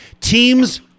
Teams